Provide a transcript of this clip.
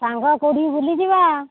ସାଙ୍ଗ କୋଉଠିକି ବୁଲିଯିବା